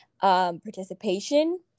participation